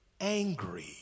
angry